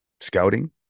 scouting